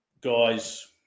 guys